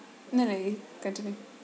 no no you continue